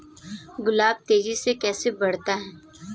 गुलाब तेजी से कैसे बढ़ता है?